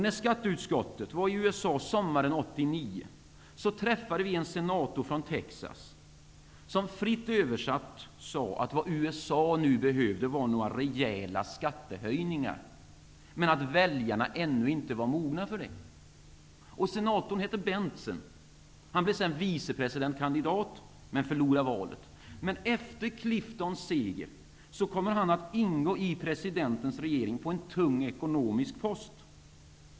När skatteutskottet var i USA sommaren 1989 träffade vi en senator från Texas som fritt översatt sade att vad USA behövde var några rejäla skattehöjningar men att väljarna ännu inte var mogna för dem. Senatorn hette Bentsen. Han blev sedan vicepresidentkandidat, men förlorade valet. Efter Clintons seger kommer han att ingå i presidentens regering på en tung ekonomisk post.